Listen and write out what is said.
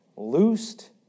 Loosed